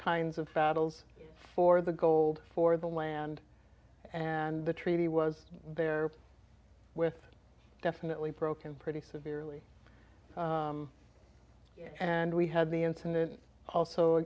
kinds of battles for the gold for the land and the treaty was there with definitely broken pretty severely and we had the incident also